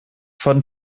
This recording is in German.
von